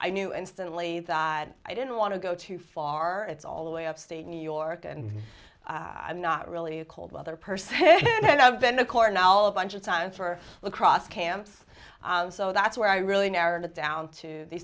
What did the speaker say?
i knew instantly that i didn't want to go too far it's all the way upstate new york and i'm not really a cold weather person and i've been a cornell of bunch of science for lacrosse camps so that's where i really narrowed it down to the